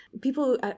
People